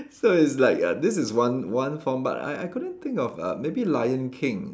so it's like uh this is one one form but I I couldn't think of uh maybe lion king